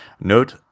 Note